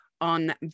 on